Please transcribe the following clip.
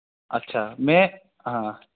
अच्छा में हां